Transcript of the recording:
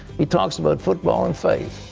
he talks about football and faith.